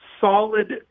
solid